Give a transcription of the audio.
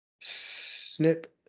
snip